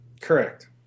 Correct